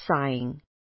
sighing